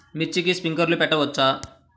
మిర్చికి స్ప్రింక్లర్లు పెట్టవచ్చా?